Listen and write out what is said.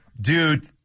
Dude